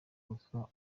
ruswa